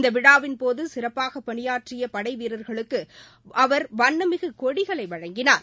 இந்த விழாவின் போது சிறப்பாக பனியாற்றிய படை பிரிவுகளுக்கு அவர் வண்ணமிகு கொடிகளை வழங்கினார்